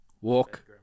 Walk